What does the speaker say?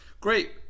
great